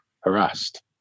harassed